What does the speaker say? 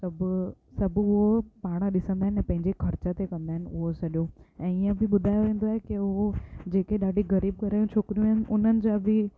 सभु सभु उहो पाण ॾिसंदा आहिनि ऐं पंहिंजे ख़र्च ते कंदा आहिनि उहो सॼो ऐं ईअं बि ॿुधायो वेंदो आहे की उहो जेके ॾाढी ग़रीब घर जूं छोकिरियूं आहिनि उन्हनि जा बि